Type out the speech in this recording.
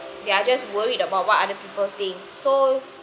they're just worried about what other people think so